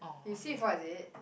you see before is it